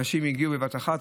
אנשים הגיעו בבת אחת,